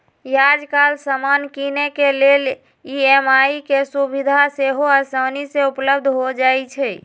याजकाल समान किनेके लेल ई.एम.आई के सुभिधा सेहो असानी से उपलब्ध हो जाइ छइ